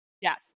Yes